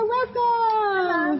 Welcome